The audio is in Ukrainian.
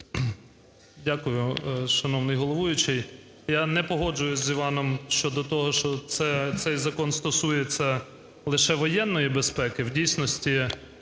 Дякую, шановний головуючий. Я не погоджуюсь з Іваном щодо того, що це цей закон стосується лише воєнної безпеки.